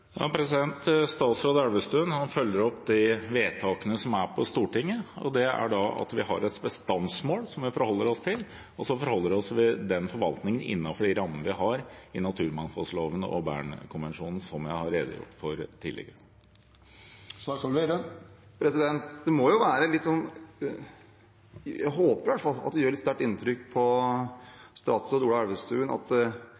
følger opp de vedtakene som er gjort på Stortinget. Det er at vi har et bestandsmål som vi forholder oss til, og så forholder vi oss til den forvaltningen innenfor de rammene vi har i naturmangfoldloven og Bernkonvensjonen, som jeg har redegjort for tidligere. Det må jo gjøre – jeg håper i hvert fall at det gjør det – et sterkt inntrykk